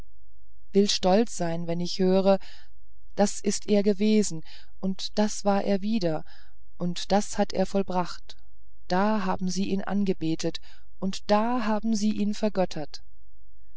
will stolz sein wenn ich höre das ist er gewesen und das war er wieder und das hat er vollbracht da haben sie ihn angebetet und da haben sie ihn vergöttert